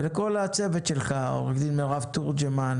לכל הצוות שלך עו"ד מרב תורג'מן,